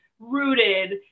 rooted